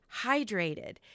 hydrated